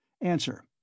Answer